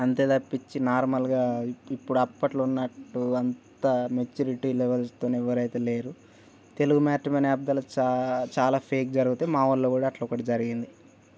అంతే తప్పించి నార్మల్గా ఇప్పుడు అప్పట్లో ఉన్నట్టు అంతా మెచ్యూరిటీ లెవెల్స్ తో ఎవరైతే లేరు తెలుగు మ్యాట్రిమోనీ యాప్ ద్వారా చాలా చాలా ఫేక్ జరుగుతాయి మా వాళ్ళు కూడా అట్లా ఒకటి జరిగింది